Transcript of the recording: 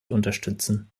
unterstützen